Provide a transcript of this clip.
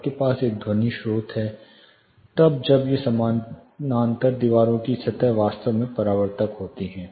आपके पास एक ध्वनि स्रोत है तब जब ये समानांतर दीवार की सतह वास्तव में परावर्तक होती हैं